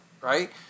Right